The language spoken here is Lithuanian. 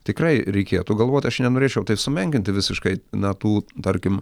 tikrai reikėtų galvot aš čia nenorėčiau sumenkinti visiškai na tų tarkim